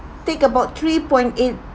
take about three point eight